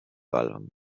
wallung